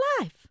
life